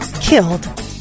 killed